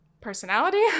personality